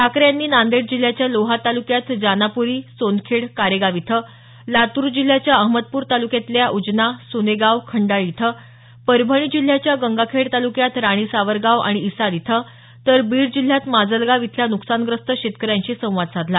ठाकरे यांनी नांदेड जिल्ह्याच्या लोहा तालुक्यात जानापूरी सोनखेड कारेगाव इथं लातूर जिल्ह्याच्या अहमदपूर तालुक्यातल्या उजना सुनेगाव खंडाळी इथं परभणी जिल्ह्याच्या गंगाखेड तालुक्यात राणी सावरगाव आणि इसाद इथं तर बीड जिल्ह्यात माजलगाव इथल्या न्कसानग्रस्त शेतकऱ्यांशी संवाद साधला